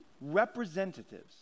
representatives